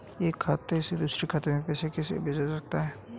एक खाते से दूसरे खाते में पैसा कैसे भेजा जा सकता है?